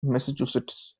massachusetts